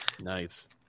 Nice